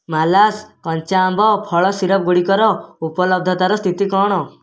ମାଲାସ କଞ୍ଚା ଆମ୍ବ ଫଳ ସିରପ୍ ଗୁଡ଼ିକର ଉପଲବ୍ଧତାର ସ୍ଥିତି କ'ଣ